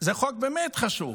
זה חוק באמת חשוב,